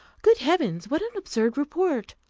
good heavens! what an absurd report!